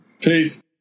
Peace